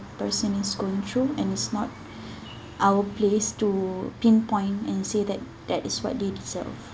person is going through and it's not our place to pinpoint and say that that is what they deserve